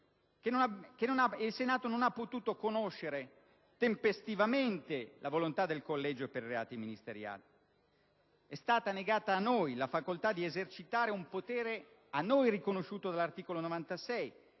il Senato non ha potuto conoscere tempestivamente la volontà del Collegio per i reati ministeriali. Ci è stata negata la facoltà di esercitare un potere a noi riconosciuto dall'articolo 96